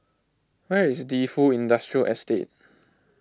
where is Defu Industrial Estate